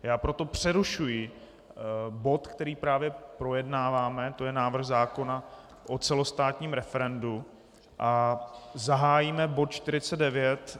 Já proto přerušuji bod, který právě projednáváme, to je návrh zákona o celostátním referendu, a zahájíme bod 49.